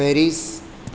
Paris